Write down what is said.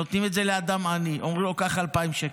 נותנים את זה לאדם עני, אומרים לו: קח 2,000 שקל,